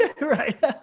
right